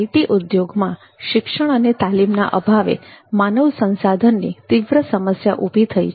IT ઉદ્યોગમાં શિક્ષણ અને તાલીમના અભાવે માનવ સંસાધનની તીવ્ર સમસ્યા ઊભી થઈ છે